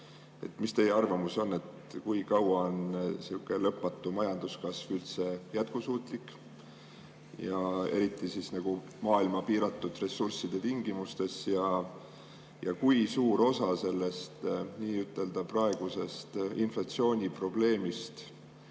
Mis teie arvamus on, kui kaua on sihukene lõpmatu majanduskasv üldse jätkusuutlik, eriti maailma piiratud ressursside tingimustes? Ja kui suur osa sellest praegusest inflatsiooniprobleemist